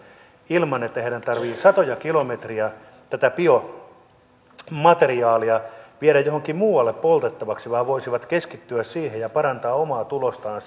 ilman että heidän tarvitsee satoja kilometrejä tätä biomateriaalia viedä johonkin muualle poltettavaksi keskittyä siihen ja parantaa omaa tulostaan